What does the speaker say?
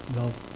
love